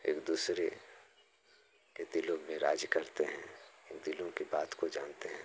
एक दूसरे के दिलों में राज करते हैं के दिलों की बात को जानते हैं